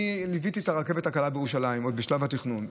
אני ליוויתי את הרכבת הקלה בירושלים עוד בשלב התכנון.